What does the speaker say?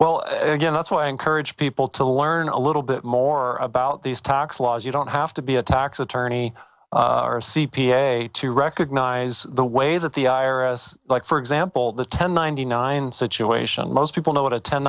well again that's why i encourage people to learn a little bit more about these tox laws you don't have to be a tax attorney or a c p a to recognize the way that the i r s like for example the ten ninety nine situation most people know what a ten